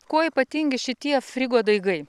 kuo ypatingi šitie frigo daigai